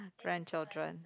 grandchildren